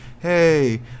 Hey